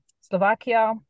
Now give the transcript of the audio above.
Slovakia